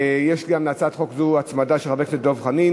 יש גם להצעת חוק זו הצמדה, של חבר הכנסת דב חנין.